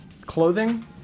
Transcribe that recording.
clothing